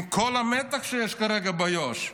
עם כל המתח שיש כרגע באיו"ש.